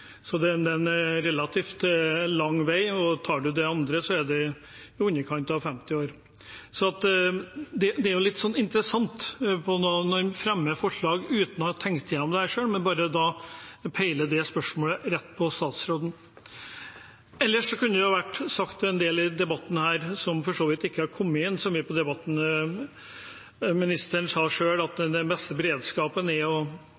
andre, er det i underkant av 50 år. Det er litt interessant å se at man fremmer forslag uten å ha tenkt igjennom dette selv og bare peiler det spørsmålet rett inn mot statsråden. Ellers kunne det vært sagt en del i debatten her, som vi for så vidt ikke har kommet så mye inn på. Ministeren sa selv at den beste beredskapen er